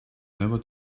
never